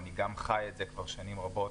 אני גם חי את זה כבר שנים רבות.